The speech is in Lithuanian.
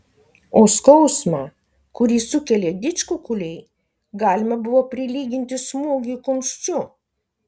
o skausmą kurį sukelia didžkukuliai galima buvo prilyginti smūgiui kumščiu